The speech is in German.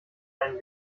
ein